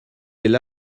elle